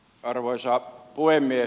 arvoisa puhemies